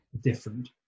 different